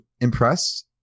impressed